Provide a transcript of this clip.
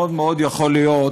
מאוד מאוד יכול להיות